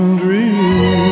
dream